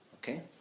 Okay